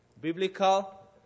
biblical